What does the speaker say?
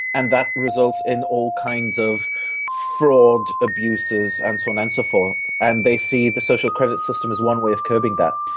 and that results in all kinds of fraud abuses and so on and so forth, and they see the social credit system as one way of curbing that.